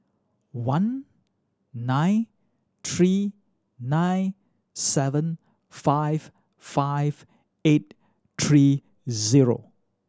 one nine three nine seven five five eight three zero